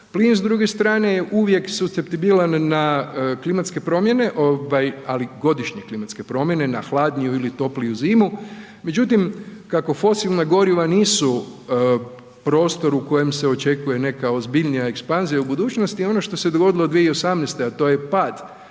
plin s druge strane uvijek je supstetibilan na klimatske promjene ovaj ali godišnje klimatske promjene, na hladniju ili toplinu zimu, međutim kako fosilna goriva nisu prostor u kojem se očekuje neka ozbiljnija ekspanzija u budućnosti i ono što se dogodilo 2018., a to je pad